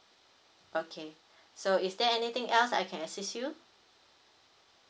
okay so is there anything else I can assist you